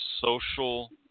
social